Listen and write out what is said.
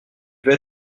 veut